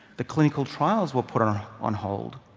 the clinical trials were put on ah on hold.